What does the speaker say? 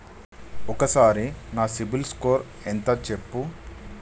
ఒక్కసారి నా CIBIL score ఎంత చెప్పు?